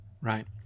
right